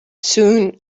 soon